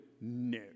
No